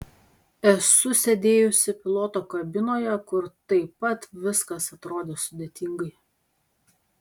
esu sėdėjusi piloto kabinoje kur taip pat viskas atrodė sudėtingai